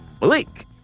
Malik